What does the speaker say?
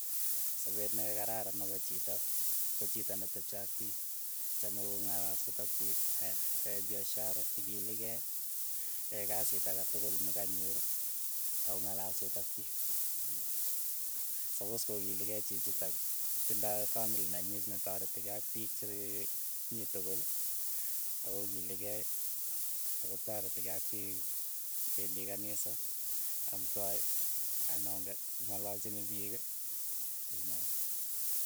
Apeet ne kararan ne po chito ko chito netepche ak piik, chame kong'alalsot ak piik, aya, yae biashara, ikilikei, yae kasiit ake tukul nekanyor. akong'alalsot ak piik, sapos kokilikei chichitok, tindoi famili nenyii netoretikei ak piik che mii tokol, akom kilikei. akotaretikei ak piik, pendi kanisa, amtae anaon, ngalalchini piik, unoot.